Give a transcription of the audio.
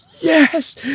yes